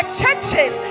churches